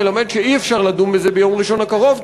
מלמד שאי-אפשר לדון בזה ביום ראשון הקרוב,